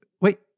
Wait